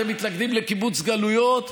אתם מתנגדים לקיבוץ גלויות?